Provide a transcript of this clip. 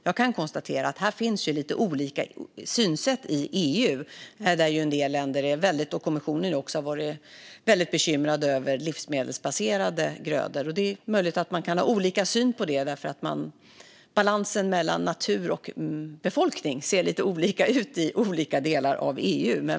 Jag kan konstatera att det finns lite olika synsätt i EU. En del länder, och också kommissionen, har varit väldigt bekymrade över livsmedelsbaserade grödor. Det är möjligt att man kan ha olika syn på det eftersom balansen mellan natur och befolkning ser lite olika ut i olika delar av EU.